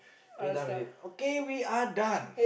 are you done with it okay we are done